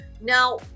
Now